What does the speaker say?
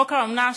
חוק האומנה,